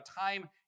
time